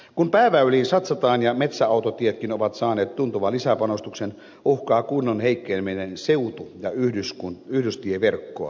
kun pääväyliin satsataan ja metsäautotietkin ovat saaneet tuntuvan lisäpanostuksen uhkaa kunnon heikkeneminen seutu ja yhdystieverkkoa